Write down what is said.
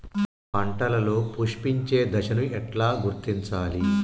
పంటలలో పుష్పించే దశను ఎట్లా గుర్తించాలి?